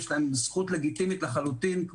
יש להם זכות לגיטימית לחלוטין,